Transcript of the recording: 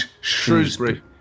Shrewsbury